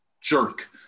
jerk